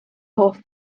hoff